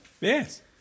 Yes